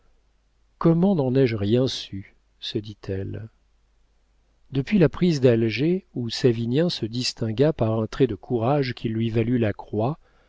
n'en ai-je rien su se dit-elle depuis la prise d'alger où savinien se distingua par un trait de courage qui lui valut la croix